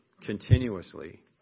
continuously